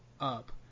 Up